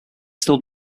still